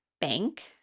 bank